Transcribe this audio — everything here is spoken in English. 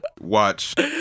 Watch